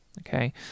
Okay